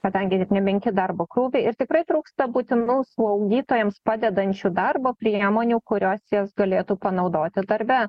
kadangi net nemenki darbo krūviai ir tikrai trūksta būtinų slaugytojams padedančių darbo priemonių kurios jas galėtų panaudoti darbe